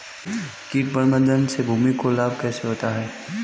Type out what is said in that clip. कीट प्रबंधन से भूमि को लाभ कैसे होता है?